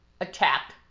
attack